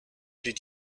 did